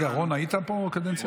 רגע, רון, היית פה בקדנציה הקודמת?